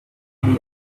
idea